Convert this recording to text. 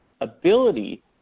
ability